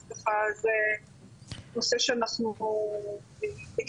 זה ככה נושא שאנחנו מתלבטים,